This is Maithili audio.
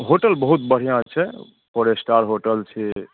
होटल बहुत बढ़िऑं छै फोर स्टार होटल छी